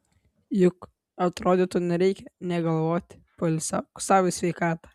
juk atrodytų nereikia nė galvoti poilsiauk sau į sveikatą